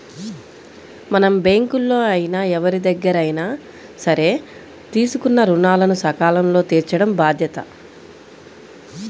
మనం బ్యేంకుల్లో అయినా ఎవరిదగ్గరైనా సరే తీసుకున్న రుణాలను సకాలంలో తీర్చటం బాధ్యత